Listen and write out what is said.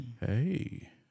Hey